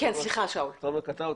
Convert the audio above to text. תומר קטע אותי,